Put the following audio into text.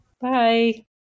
Bye